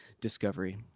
discovery